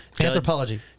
Anthropology